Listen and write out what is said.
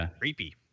creepy